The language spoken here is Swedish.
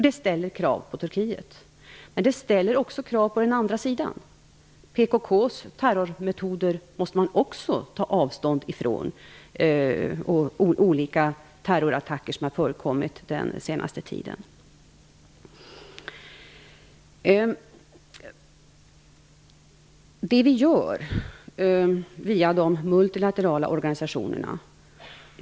Det ställer krav på Turkiet, men det ställer också krav på den andra sidan. PKK:s terrormetoder måste man också ta avstånd ifrån liksom de olika terrorattacker som har förekommit under den senaste tiden. Sedan till det vi gör via de multilaterala organisationerna.